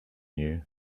you